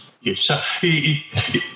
yes